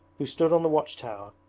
who stood on the watch-tower,